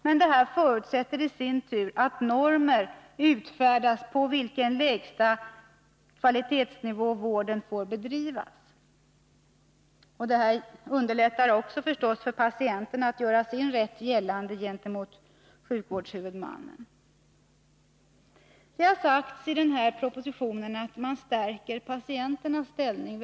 Men det förutsätter i sin tur att det utfärdas normer om, på vilken lägsta kvalitetsnivå vården får bedrivas. Det underlättar förstås också för patienterna att göra sin rätt gällande gentemot sjukvårdshuvudmannen. Det sägs i propositionen att man i hög grad stärker patienternas ställning.